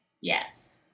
Yes